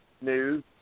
news